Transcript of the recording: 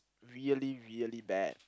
really really bad